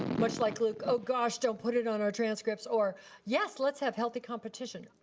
much like luke, oh gosh, don't put it on our transcripts or yes, let's have healthy competition.